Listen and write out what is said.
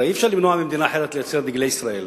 הרי אי-אפשר למנוע ממדינה אחרת לייצר דגלי ישראל.